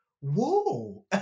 whoa